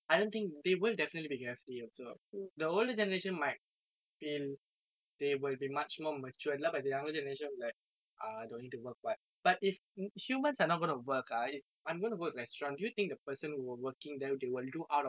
feel they will be much more mature ya but the younger generation will be like !aiya! no need to work what but if humans are not going to work ah if I'm gonna work restaurant do you think the person working there they will do out of love the food or they want to actually do it because of the money